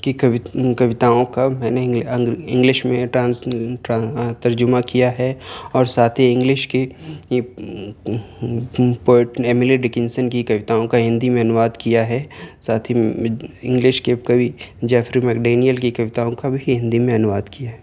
کی کوتاؤں کا میں نے انگلش میں ٹرانس ترجمہ کیا ہے اور ساتھ ہی انگلش کی ایملی ڈکنسن کی کوتاؤں کا ہندی میں انواد کیا ہے ساتھ ہی انگلش کے کوی جیفری میکڈینیل کی کوتاؤں کا بھی ہندی میں انواد کیا ہے